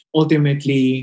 ultimately